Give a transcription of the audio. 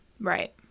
Right